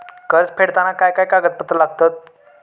कर्ज फेडताना काय काय कागदपत्रा लागतात?